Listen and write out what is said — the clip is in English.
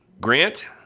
Grant